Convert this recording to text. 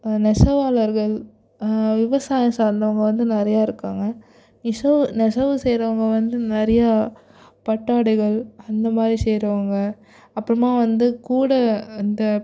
நெசவாளர்கள் விவசாயம் சார்ந்தவங்க வந்து நிறையா இருக்காங்க நெசவு நெசவு செய்றவங்க வந்து நிறையா பட்டாடைகள் அந்த மாதிரி செய்றவங்க அப்புறமாக வந்து கூடை இந்த